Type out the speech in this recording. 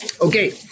Okay